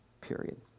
Period